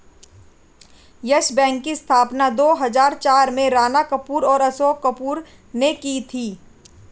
yes Bank की स्थापना दो हजार चार में राणा कपूर और अशोक कपूर ने की थी